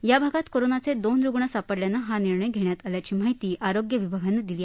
या भागात कोरोनाचे दोन रुग्ण सापडल्याने हा निर्णय घेण्यात आल्याची माहिती पालिकेच्या आरोग्य विभागाने दिली